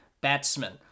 batsman